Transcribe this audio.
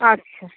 আচ্ছা